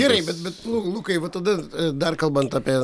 gerai bet bet nu lukai va tada dar kalbant apie